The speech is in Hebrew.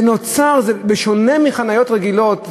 בשונה מחניות רגילות,